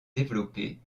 développée